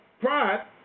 Pride